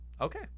Okay